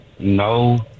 No